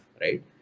Right